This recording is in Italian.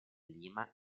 lima